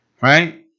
right